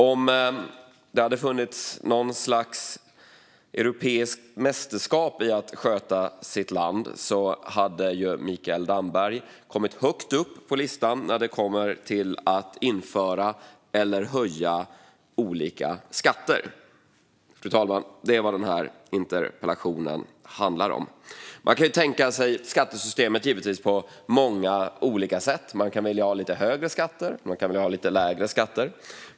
Om det hade funnits något slags europeiskt mästerskap i att sköta sitt land hade Mikael Damberg kommit högt upp på listan när det gäller att införa eller höja olika skatter. Det är vad den här interpellationen handlar om, fru talman. Man kan givetvis tänka sig skattesystemet på många olika sätt. Man kan vilja ha lite högre skatter. Man kan vilja ha lite lägre skatter.